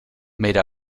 made